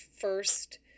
first